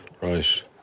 Right